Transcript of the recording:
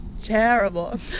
terrible